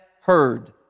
heard